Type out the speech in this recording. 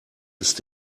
ist